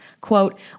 Quote